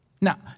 Now